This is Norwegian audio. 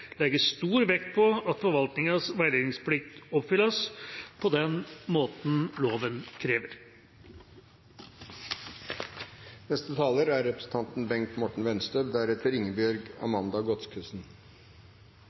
legger stor vekt på at forvaltningens veiledningsplikt oppfylles på den måten loven krever.